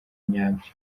nyabyo